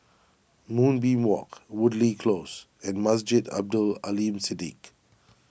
Moonbeam Walk Woodleigh Close and Masjid Abdul Aleem Siddique